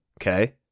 okay